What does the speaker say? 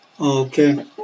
Okay